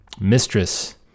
mistress